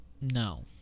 No